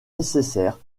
nécessaire